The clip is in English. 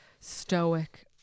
stoic